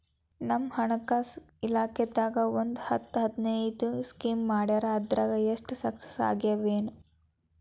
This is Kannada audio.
ನಮ್ ಹಣಕಾಸ್ ಇಲಾಖೆದಾಗ ಒಂದ್ ಹತ್ತ್ ಹದಿನೈದು ಸ್ಕೇಮ್ ಮಾಡ್ಯಾರ ಅದ್ರಾಗ ಎಷ್ಟ ಸಕ್ಸಸ್ ಆಗ್ಯಾವನೋ